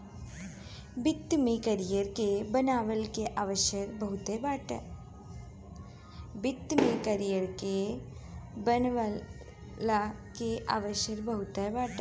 वित्त में करियर के बनवला के अवसर बहुते बाटे